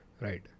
Right